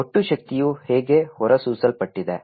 ಒಟ್ಟು ಶಕ್ತಿಯು ಹೇಗೆ ಹೊರಸೂಸಲ್ಪಟ್ಟಿದೆ